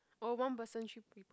oh one person three people